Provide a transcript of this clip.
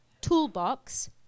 toolbox